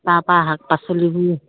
তাৰ পৰা শাক পাচলিবোৰ